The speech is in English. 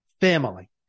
Family